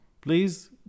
Please